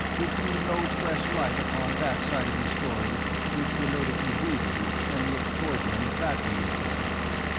it threw no fresh light upon that side of his story which related to voodoo and the extraordinary bat wing episodes.